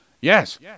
Yes